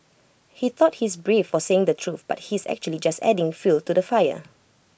he thought he's brave for saying the truth but he's actually just adding fuel to the fire